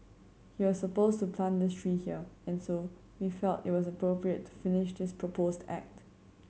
he was supposed to plant this tree here and so we felt it was appropriate to finish this proposed act